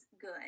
good